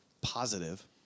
positive